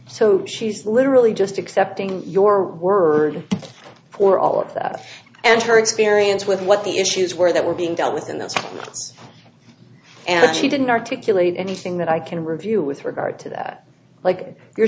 so she's literally just accepting your word for all of that and her experience with what the issues were that were being dealt with in those and she didn't articulate anything that i can review with regard to that like you're